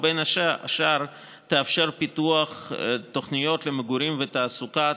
ובין השאר תאפשר פיתוח תוכניות למגורים ותעסוקה,